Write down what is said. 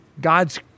God's